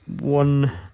One